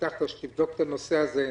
הבטחת שתבדוק את הנושא הזה.